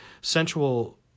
sensual